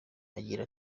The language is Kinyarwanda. agira